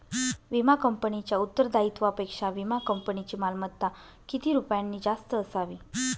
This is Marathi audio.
विमा कंपनीच्या उत्तरदायित्वापेक्षा विमा कंपनीची मालमत्ता किती रुपयांनी जास्त असावी?